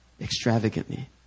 extravagantly